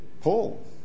Paul